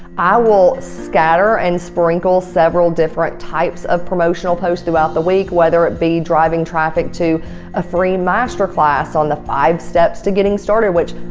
i will scatter and sprinkle several different types of promotional posts throughout the week whether it be driving traffic to a free masterclass on the five steps to getting started with.